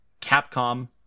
Capcom